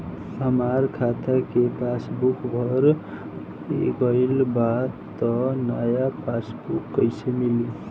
हमार खाता के पासबूक भर गएल बा त नया पासबूक कइसे मिली?